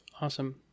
Awesome